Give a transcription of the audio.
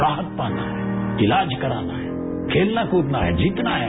राहत पाना है इलाज कराना है खेलना कूदना है जीतना है